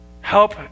help